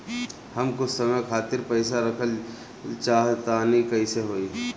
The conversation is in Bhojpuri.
हम कुछ समय खातिर पईसा रखल चाह तानि कइसे होई?